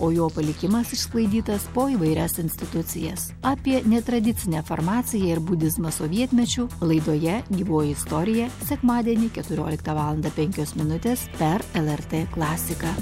o jo palikimas išsklaidytas po įvairias institucijas apie netradicinę farmaciją ir budizmą sovietmečiu laidoje gyvoji istorija sekmadienį keturioliktą valandą penkios minutės per lrt klasiką